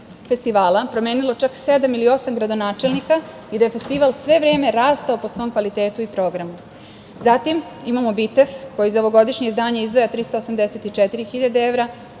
festivala promenilo čak sedam ili osam gradonačelnika i da je festival sve vreme rastao po svom kvalitetu i programu. Zatim, imamo BITEF, koji za ovogodišnje izdanje izdvaja 384.000 evra,